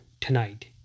tonight